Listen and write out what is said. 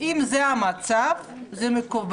אם זה המצב זה מקובל.